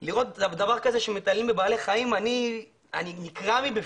כשאני רואה התעללות בבעלי חיים, אני נקרע מבפנים.